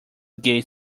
gaze